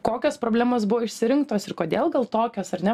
kokios problemos buvo išsirinktos ir kodėl gal tokios ar ne